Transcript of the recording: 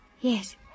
Yes